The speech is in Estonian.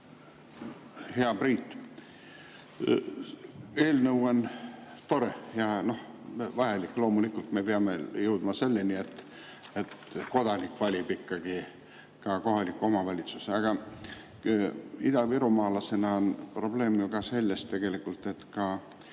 Hea Priit! Eelnõu on tore ja vajalik. Loomulikult me peame jõudma selleni, et kodanik valib ikkagi ka kohaliku omavalitsuse. Aga idavirumaalasena on probleem mul ka selles, et paljud, kes on